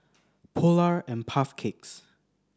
Polar and Puff Cakes